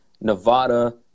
Nevada